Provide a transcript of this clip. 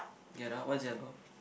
get out what is it about